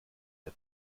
ihr